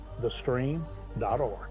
thestream.org